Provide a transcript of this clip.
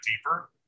deeper